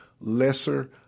lesser